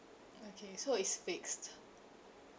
okay so it's fixed